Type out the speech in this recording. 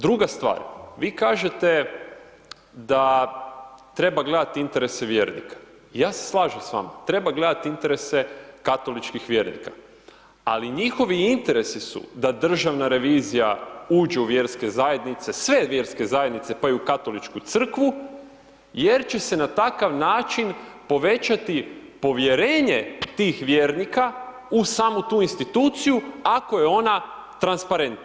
Druga stvar, vi kažete da treba gledati interese vjernika, ja se slažem s vama, treba gledati interese katoličkih vjernika ali njihovi interesi su da Državna revizija uđe u vjerske zajednice, sve vjerske zajednice pa i u Katoličku crkvu jer će na takav način povećati povjerenje tih vjernika u samu tu instituciju ako je ona transparentna.